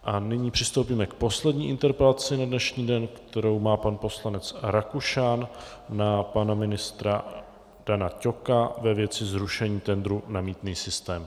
A nyní přistoupíme k poslední interpelaci na dnešní den, kterou má pan poslanec Rakušan na pana ministra Dana Ťoka ve věci zrušení tendru na mýtný systém.